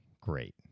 great